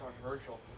controversial